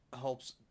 helps